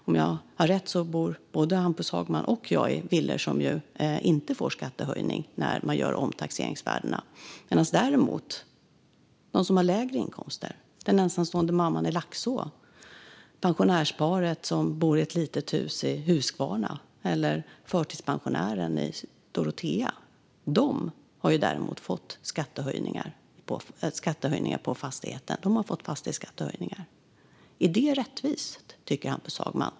Om jag har rätt bor både Hampus Hagman och jag i villor som inte får någon skattehöjning när man gör omtaxeringsvärdena, medan de som har lägre inkomster - den ensamstående mamman i Laxå, pensionärsparet som bor i ett litet hus i Huskvarna eller förtidspensionären i Dorotea - däremot har fått skattehöjningar på fastigheten. Är det rättvist, tycker Hampus Hagman?